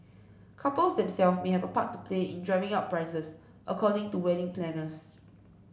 couples themselves may have a part to play in driving up prices according to wedding planners